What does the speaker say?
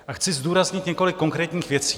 A chci zdůraznit několik konkrétních věcí.